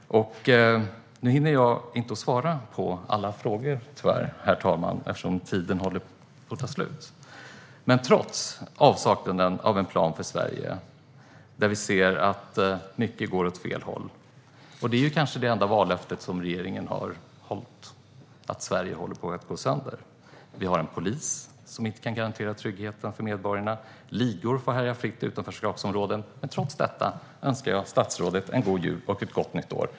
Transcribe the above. Nu hinner jag tyvärr inte svara på alla frågor, herr talman, eftersom min talartid håller på att ta slut. Det finns en avsaknad av en plan för Sverige, där vi ser att mycket går åt fel håll. Det är kanske det enda vallöfte som regeringen har hållit, att Sverige håller på att gå sönder. Vi har en polis som inte kan garantera tryggheten för medborgarna. Ligor får agera fritt i utanförskapsområden. Trots detta önskar jag statsrådet: En god jul och ett gott nytt år!